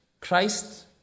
Christ